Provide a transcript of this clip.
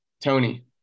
Tony